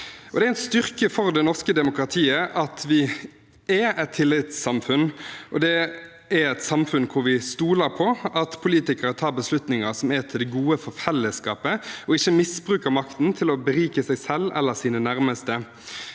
Det er en styrke for det norske demokratiet at vi er et tillitssamfunn, og det er et samfunn hvor vi stoler på at politikere tar beslutninger som er til det gode for fellesskapet, og ikke misbruker makten til å berike seg selv eller sine nærmeste.